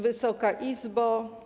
Wysoka Izbo!